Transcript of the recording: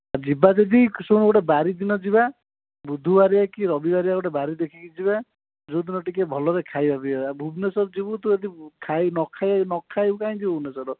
ଯିବା ଯଦି ଶୁଣ ଗୋଟେ ବାର ଦିନ ଯିବା ବୁଧବାରିଆ କି ରବିବାରିଆ ଗୋଟେ ବାର ଦେଖିକି ଯିବା ଯେଉଁ ଦିନ ଟିକିଏ ଭଲରେ ଖାଇବା ପିଇବା ଭୁବନେଶ୍ୱର ଯିବୁ ତୁ ଯଦି ନ ଖାଇବୁ କାଇଁ ଯିବୁ ଭୁବନେଶ୍ୱର